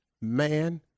Man